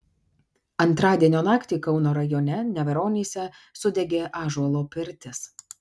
antradienio naktį kauno rajone neveronyse sudegė ąžuolo pirtis